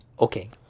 Okay